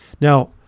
Now